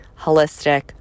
holistic